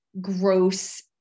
gross